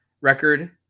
record